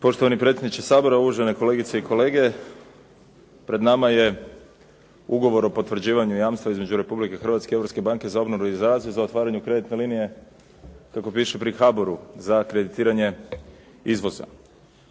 Poštovani predsjedniče Sabora, uvažene kolegice i kolege. Pred nama je Ugovor o potvrđivanju jamstva između Republike Hrvatske i Europske banke za obnovu i razvoj za otvaranje kreditne linije kako piše pri HABOR-u za kreditiranje izvoza.